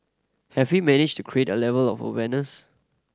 have we managed to create a level of awareness